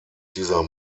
dieser